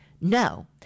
No